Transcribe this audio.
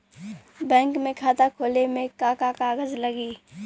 Bank में खाता खोले मे का का कागज लागी?